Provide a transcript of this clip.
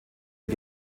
der